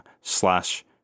slash